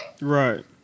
Right